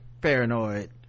paranoid